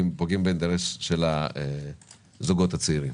פוגעים באינטרס של הזוגות הצעירים.